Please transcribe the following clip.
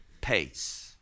pace